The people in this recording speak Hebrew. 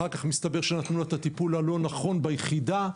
אחר כך מסתבר שנתנו לה את הטיפול הלא נכון ביחידה.